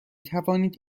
توانید